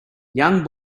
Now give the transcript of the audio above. young